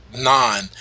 nine